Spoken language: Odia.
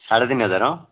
ସାଢ଼େ ତିନି ହଜାର